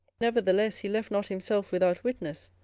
nevertheless he left not himself without witness,